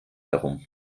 darum